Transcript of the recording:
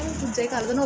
ਜੇ ਕੱਲ੍ਹ ਨੂੰ